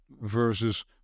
versus